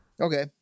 Okay